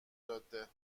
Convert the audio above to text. جاده